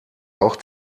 auch